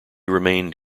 remained